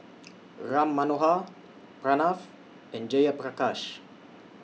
Ram Manohar Pranav and Jayaprakash